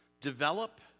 Develop